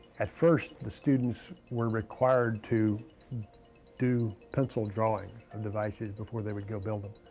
at first, the students were required to do pencil drawing of devices before they would go build them.